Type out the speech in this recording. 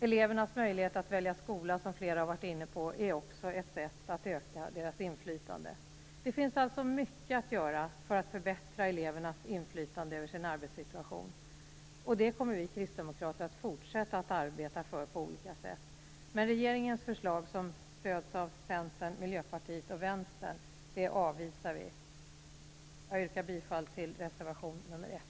Elevernas möjligheter att välja skola, som flera talare har varit inne på, är också ett sätt att öka deras inflytande. Det finns alltså mycket att göra för att förbättra elevernas inflytande över sin arbetssituation. Det kommer vi kristdemokrater att fortsätta att arbeta för på olika sätt. Men regeringens förslag, som stöds av Centern, Miljöpartiet och Vänstern, avvisar vi. Jag yrkar bifall till reservation nr 1.